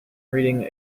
reading